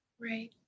right